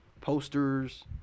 posters